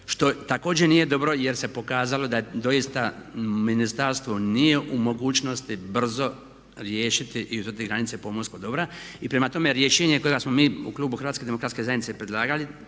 što također nije dobro jer se pokazalo da doista ministarstvo nije u mogućnosti brzo riješiti i utvrditi granice pomorskog dobra. I prema tome, rješenje kojega smo mi u klubu Hrvatske demokratske zajednice predlagali